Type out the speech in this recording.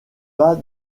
pas